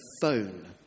phone